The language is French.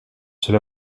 cela